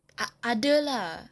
ah ada lah